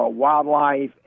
wildlife